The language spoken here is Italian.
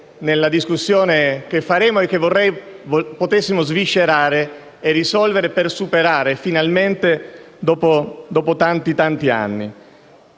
nella discussione che faremo e che vorrei potessimo sviscerare e risolvere, per poterlo superare finalmente, dopo tanti e tanti anni;